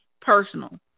personal